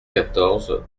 quatorze